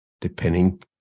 depending